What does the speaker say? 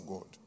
God